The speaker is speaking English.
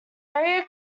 area